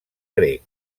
grec